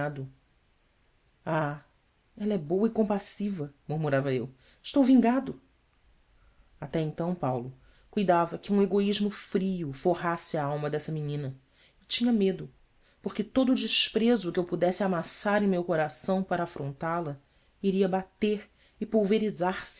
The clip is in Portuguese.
o a ella é boa e compassiva murmurava eu stou vingado até então paulo cuidava que um egoísmo frio forrasse a alma dessa menina e tinha medo porque todo o desprezo que eu pudesse amassar em meu coração para afrontá la iria bater e pulverizar se